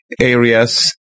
areas